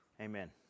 Amen